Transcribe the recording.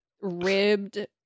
ribbed